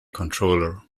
controller